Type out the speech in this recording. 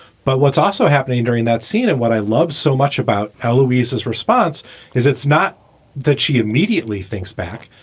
but what's also happening during that scene and what i love so much about ah louise's response is it's not that she immediately thinks back.